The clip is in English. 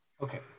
okay